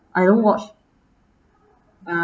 I don't watch uh